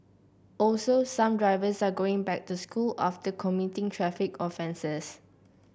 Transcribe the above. also some drivers are going back to school after committing traffic offences